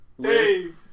Dave